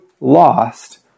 lost